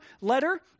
letter